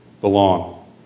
belong